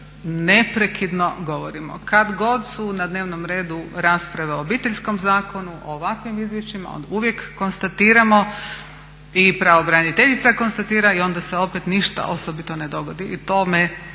neprekidno govorimo. Kad god su na dnevnom redu rasprave o Obiteljskom zakonu, o ovakvim izvješćima onda uvijek konstatiramo i pravobraniteljica konstatira i onda se opet ništa osobito ne dogodi.